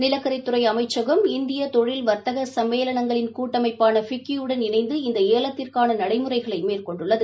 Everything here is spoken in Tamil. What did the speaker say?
நிலக்கரித் துறைஅமைச்சகம் இந்தியதொழில் வர்த்தகசம்மேளனங்களின் கூட்டமைப்பான ஃபிக்கியுடன் இணைந்து இந்தஏலத்திற்கானநடைமுறைகளைமேற்கொண்டுள்ளது